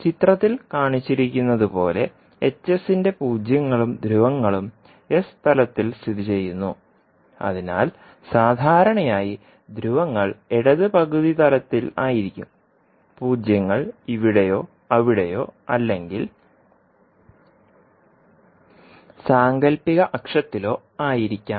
ചിത്രത്തിൽ കാണിച്ചിരിക്കുന്നതുപോലെ ന്റെ പൂജ്യങ്ങളും ധ്രുവങ്ങളും s തലത്തിൽ സ്ഥിതിചെയ്യുന്നു അതിനാൽ സാധാരണയായി ധ്രുവങ്ങൾ ഇടത് പകുതി തലത്തിൽ ആയിരിക്കും പൂജ്യങ്ങൾ ഇവിടെയോ അവിടെയോ അല്ലെങ്കിൽ സാങ്കൽപ്പിക അക്ഷത്തിലോ ആയിരിക്കാം